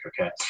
Okay